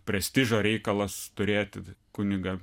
prestižo reikalas turėti kunigą